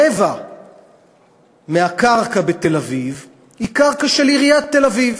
רבע מהקרקע בתל-אביב היא קרקע של עיריית תל-אביב.